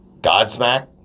Godsmack